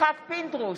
יצחק פינדרוס,